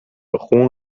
خون